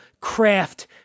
Craft